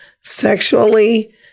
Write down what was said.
sexually